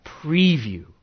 preview